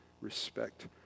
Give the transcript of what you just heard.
respect